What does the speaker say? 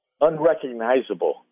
unrecognizable